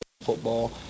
football